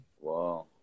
Wow